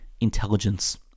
intelligence